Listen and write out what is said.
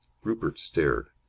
rupert stared.